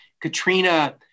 Katrina